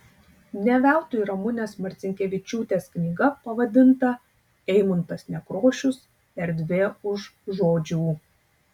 ne veltui ramunės marcinkevičiūtės knyga pavadinta eimuntas nekrošius erdvė už žodžių